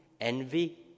envy